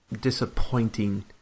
disappointing